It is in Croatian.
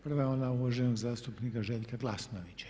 Prva je ona uvaženog zastupnika Željka Glasnovića.